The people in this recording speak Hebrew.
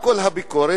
מה כל הביקורת?